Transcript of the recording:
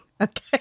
Okay